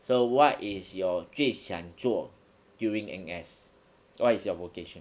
so what is your 最想做 during N_S what is your vocation